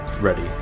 ready